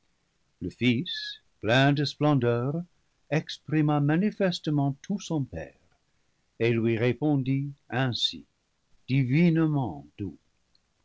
plein de splendeur exprima manifestement tout son père et lui répondit ainsi divinement doux